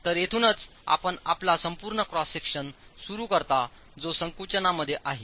तर येथूनच आपण आपला संपूर्ण क्रॉस सेक्शन सुरू करता जो संकुचनामध्ये आहे